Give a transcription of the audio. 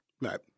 Right